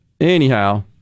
anyhow